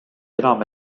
enam